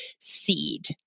seed